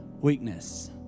weakness